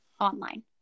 online